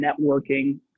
networking